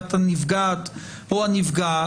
טובת הנפגעת או הנפגע,